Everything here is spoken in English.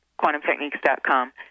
quantumtechniques.com